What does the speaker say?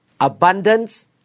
abundance